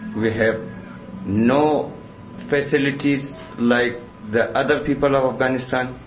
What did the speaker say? we have no facilities like the other people of afghanistan,